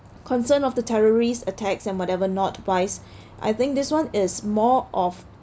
concern of the terrorist attacks and whatever not wise I think this one is more of